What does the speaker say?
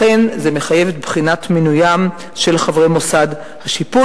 לכן זה מחייב את בחינת מינוים של חברי מוסד השיפוט